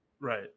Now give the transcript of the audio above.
Right